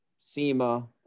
sema